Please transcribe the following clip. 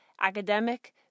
academic